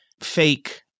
fake